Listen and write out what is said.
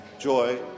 Joy